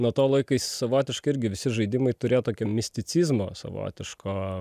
nuo to laikai savotiškai irgi visi žaidimai turėjo tokią misticizmo savotiško